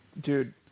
dude